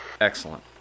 Excellent